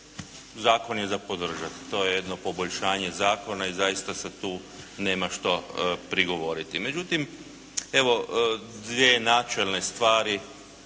Zakon je za podržati, to je jedno poboljšanje zakona i zaista se tu nema što prigovoriti. Međutim, evo, dvije načelne stvari,